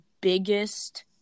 biggest